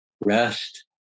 rest